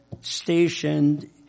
stationed